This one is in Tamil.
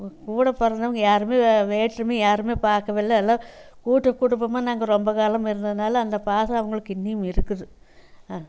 கூட பிறந்தவங்க யாரும் வேற்றுமை யாரும் பார்க்கவில்ல எல்லாம் கூட்டு குடும்பமாக நாங்கள் ரொம்ப காலமாக இருந்ததினால அந்த பாசம் அவர்களுக்கு இன்னுயும் இருக்குது